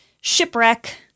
shipwreck